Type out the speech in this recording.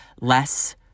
less